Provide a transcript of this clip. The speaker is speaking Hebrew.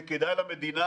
זה כדאי למדינה,